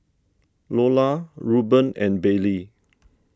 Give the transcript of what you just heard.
Loula Ruben and Bailey